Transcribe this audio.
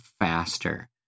faster